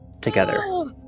together